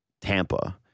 Tampa